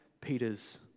Peter's